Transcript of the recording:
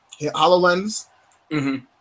Hololens